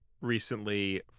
recently